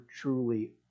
truly